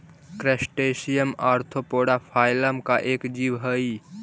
crustacean arthropoda phylum का एक जीव हई